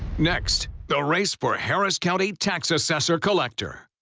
next, the race for harris county tax assessor-collector.